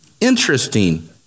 Interesting